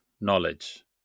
knowledge